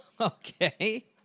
Okay